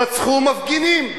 רצחו מפגינים.